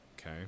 okay